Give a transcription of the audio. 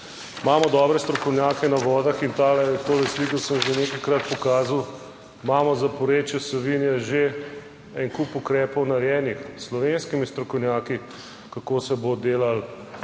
imamo dobre strokovnjake na vodah in to sliko sem že nekajkrat pokazal. Imamo za porečje Savinje že en kup ukrepov narejenih s slovenskimi strokovnjaki, kako se bo delalo